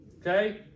okay